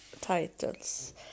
titles